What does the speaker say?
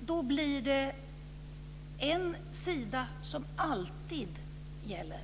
Då blir det en sida som alltid gäller.